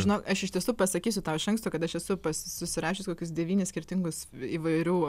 žinok aš iš tiesų pasakysiu tau iš anksto kad aš esu susirašius kokius devynis skirtingus įvairių